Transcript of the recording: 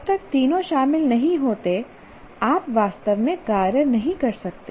जब तक तीनों शामिल नहीं होते आप वास्तव में कार्य नहीं कर सकते